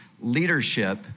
leadership